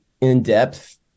in-depth